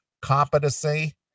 competency